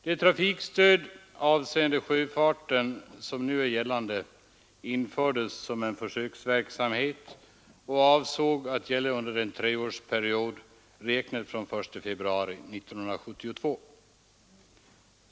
Det trafikstöd beträffande sjöfarten som nu är gällande infördes som en försöksverksamhet och avsågs att gälla under en treårsperiod, räknad från den 1 februari 1972.